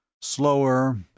Slower